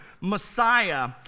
Messiah